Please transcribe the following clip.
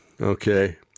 okay